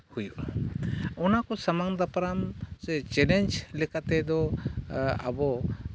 ᱦᱩᱭᱩᱜᱼᱟ ᱚᱱᱟ ᱠᱚ ᱥᱟᱢᱟᱝ ᱫᱟᱯᱨᱟᱢ ᱥᱮ ᱪᱮᱞᱮᱧᱡᱽ ᱞᱮᱠᱟ ᱛᱮᱫᱚ ᱟᱵᱚ